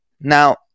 Now